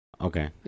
Okay